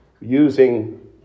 using